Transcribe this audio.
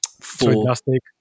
Fantastic